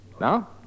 Now